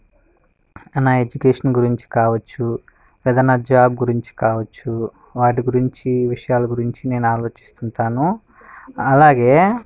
ఇక నా ఎడ్యుకేషన్ గురించి కావచ్చు ఏదన్నా జాబ్ గురించి కావచ్చు వాటి గురించి విషయాలు గురించి నెేను ఆలోచిస్తుంటాను అలాగే